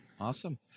awesome